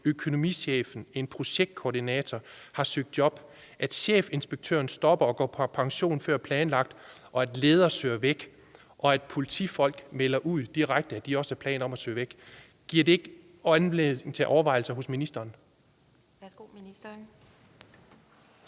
økonomichefen og en projektkoordinator har søgt nye job, at chefpolitiinspektøren stopper og går på pension før planlagt, at ledere søger væk, og at politifolk direkte melder ud, at de også har planer om at søge væk? Giver det ikke anledning til overvejelser hos ministeren? Kl.